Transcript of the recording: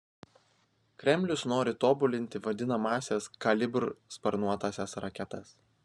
kremlius nori tobulinti vadinamąsias kalibr sparnuotąsias raketas